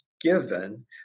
given